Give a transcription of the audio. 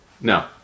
No